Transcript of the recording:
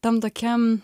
tam tokiam